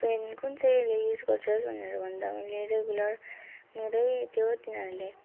pain कुन चाहिँ use गर्छस् भनेर भन्दा मैले रेगुलर मेरै त्यो तिनीहरूले